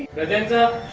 present sir.